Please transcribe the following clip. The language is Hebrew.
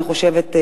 אני חושבת,